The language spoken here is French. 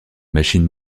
machines